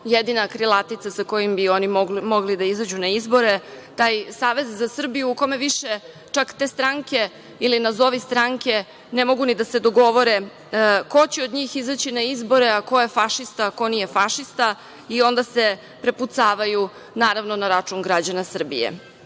jedina krilatica sa kojom bi oni mogli da izađu na izbore. Taj Savez za Srbiju u kome više, čak, te stranke ili nazovi stranke ne mogu ni da se dogovore ko će od njih izaći na izbore, a ko je fašista, ko nije fašista i onda se prepucavaju, naravno, na račun građana Srbije. Oni